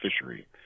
fishery